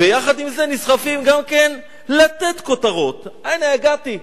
ויחד עם זה, נסחפים גם לתת כותרות: הנה, הגעתי,